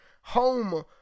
home